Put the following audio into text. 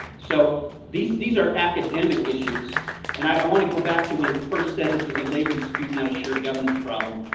so these these are academic issues and i want to go back to when he first said this is a labor dispute not a shared governance problem.